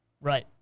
Right